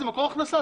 זה מקור הכנסה,